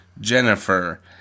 Jennifer